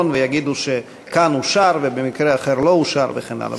ויגידו שכאן אושר ובמקרה אחר לא אושר וכן הלאה.